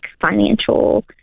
financial